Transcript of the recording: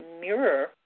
mirror